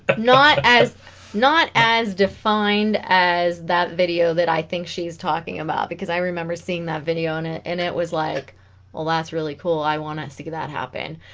not as not as defined as that video that i think she's talking about because i remember seeing that video on it and it was like well that's really cool i want to get that happen